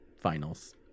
finals